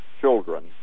children